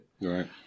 Right